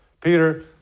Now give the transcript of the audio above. Peter